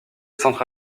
centre